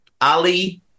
Ali